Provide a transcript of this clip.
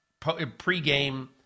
pregame